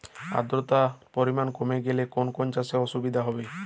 আদ্রতার পরিমাণ কমে গেলে কোন কোন চাষে অসুবিধে হবে?